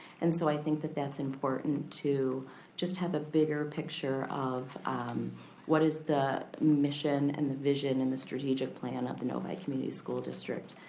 and so i think that that's important to just have a bigger picture of what is the mission and the vision and the strategic plan of the novi community school district.